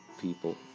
people